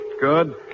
Good